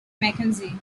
mackenzie